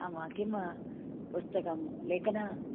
आम किमु पुस्तकं लेखन